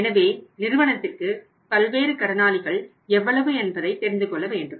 எனவே நிறுவனத்திற்கு பல்வேறு கடனாளிகள் எவ்வளவு என்பதை தெரிந்து கொள்ள வேண்டும்